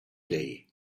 day